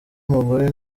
mugore